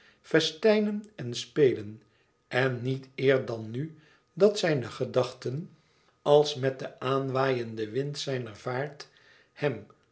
festijnen en spelen en niet eer dan nu dat zijne gedachten als met den aanwaaienden wind zijner vaart hem